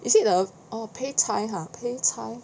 is it a oh peicai ah peicai